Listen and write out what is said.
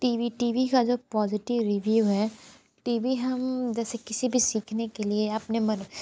T V TV का जो positive review है टी वी हम जैसे किसी भी सीखने के लिए अपने मन